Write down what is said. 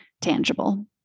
tangible